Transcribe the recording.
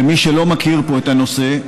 למי שלא מכיר פה את הנושא,